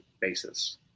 basis